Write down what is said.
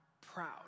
proud